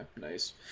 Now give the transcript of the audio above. Nice